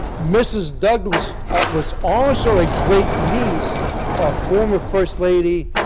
mrs. douglas was um was also a great-niece of former first lady,